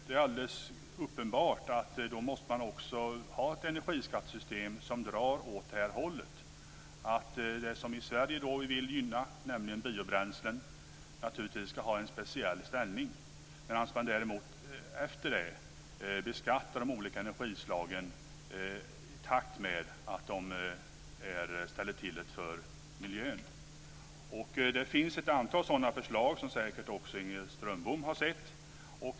Det är alldeles uppenbart att man då också måste ha ett energiskattesystem som drar åt det hållet. Det vi vill gynna i Sverige, nämligen biobränslen, ska naturligtvis ha en speciell ställning medan man därefter beskattar de olika energislagen i förhållande till hur mycket de ställer till det för miljön. Det finns ett antal sådana förslag som säkert också Inger Strömbom har sett.